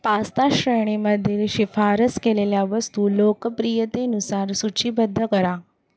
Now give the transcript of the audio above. pasta श्रेणीमधील शिफारस केलेल्या वस्तू लोकप्रियतेनुसार सूचीबद्ध करा